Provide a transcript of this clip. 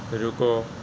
ਰੁਕੋ